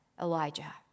Elijah